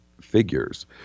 figures